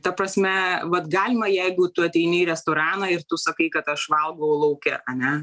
ta prasme vat galima jeigu tu ateini į restoraną ir tu sakai kad aš valgau lauke ane